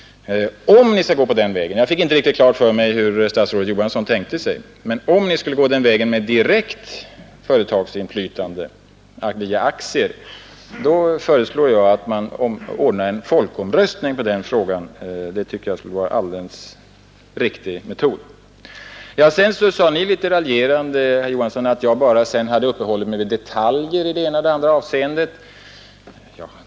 Om ni skall gå på den vägen — jag fick inte klart för mig hur statsrådet Johansson tänkte sig det — med direkt företagsinflytande via aktier, då föreslår jag att man ordnar en folkomröstning i den frågan. Det tycker jag skulle vara en alldeles riktig metod. Ni sade en smula raljerande, herr Johansson, att jag bara hade uppehållit mig vid detaljer i det ena och det andra avseendet.